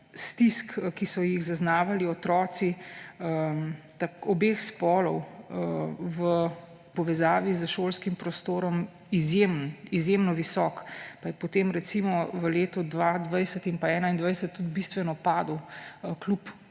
stisk, ki so jih zaznavali otroci obeh spolov v povezavi s šolskim prostorom, izjemno visok, pa je potem v letu 2020 in pa 2021 tudi bistveno padel kljub